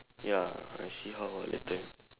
ya I see how ah later